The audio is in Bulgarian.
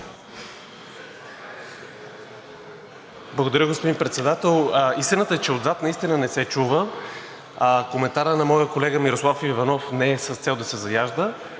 Благодаря, господин Председател. Истината е, че отзад наистина не се чува. Коментарът на моя колега Мирослав Иванов не е с цел да се заяжда.